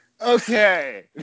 Okay